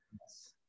Yes